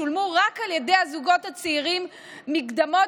שולמו רק על ידי הזוגות הצעירים מקדמות